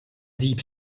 deep